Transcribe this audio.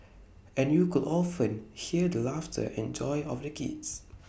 and you could often hear the laughter and joy of the kids